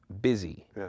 busy